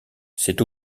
c’est